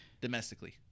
Domestically